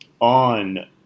On